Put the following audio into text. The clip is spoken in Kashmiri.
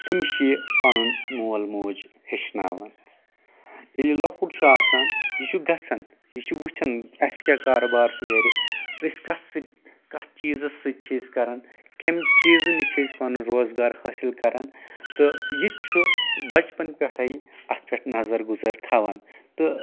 تٔمِس چھُ یہِ پنُن مول موج پیٚچھناوان ییٚلہِ یہِ لۄکُٹ چھُ آسان یہِ چھُ گژھان یہِ چھُ وٕچھان اسہِ کیٛاہ کارٕبار چھُ گرٕ أسۍ کتھ سۭتۍ کتھ چیٖزس سۭتۍ چھِ أسۍ کران کمہِ چیٖزٕ نِش چھِ أسۍ پنُن روزگار حٲصِل کران تہٕ یہِ تہِ چھُ بچپن پٮ۪ٹھے اتھ پٮ۪ٹھ نظر گُزر تھوان تہٕ